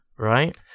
right